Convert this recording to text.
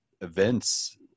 events